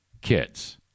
kids